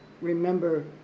remember